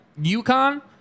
UConn